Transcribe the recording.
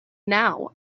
now